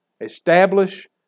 establish